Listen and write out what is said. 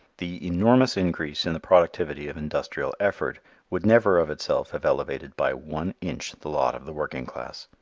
the enormous increase in the productivity of industrial effort would never of itself have elevated by one inch the lot of the working class.